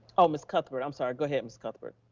oh, ms. cuthbert, i'm sorry. go ahead, ms. cuthbert.